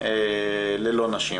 ללא נשים.